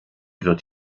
wird